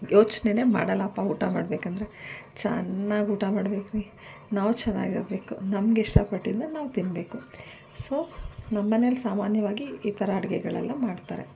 ಯೋಚ್ನೆಯೇ ಮಾಡೋಲ್ಲಪ್ಪ ಊಟ ಮಾಡ್ಬೇಕೆಂದರೆ ಚೆನ್ನಾಗಿ ಊಟ ಮಾಡಬೇಕ್ರಿ ನಾವು ಚೆನ್ನಾಗಿರ್ಬೇಕು ನಮ್ಗೆ ಇಷ್ಟಪಟ್ಟಿದ್ನನ್ನ ನಾವು ತಿನ್ನಬೇಕು ಸೊ ನಮ್ಮನೆಯಲ್ಲಿ ಸಾಮಾನ್ಯವಾಗಿ ಈ ಥರ ಅಡುಗೆಗಳೆಲ್ಲ ಮಾಡ್ತಾರೆ